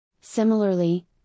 Similarly